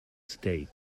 state